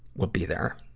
will be there.